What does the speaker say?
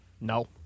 No